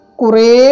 kure